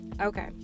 Okay